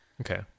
okay